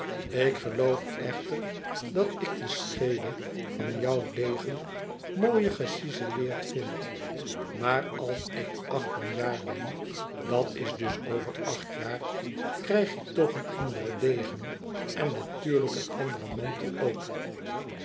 ik geloof echter dat ik de scheede van jouw degen mooier gecizeleerd vind maar als ik achttien jaar ben dat is dus over zeven jaar krijg ik toch een anderen degen en natuurlijk een anderen mantel ook